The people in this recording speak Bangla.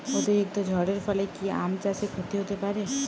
অতিরিক্ত ঝড়ের ফলে কি আম চাষে ক্ষতি হতে পারে?